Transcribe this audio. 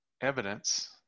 evidence